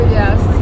yes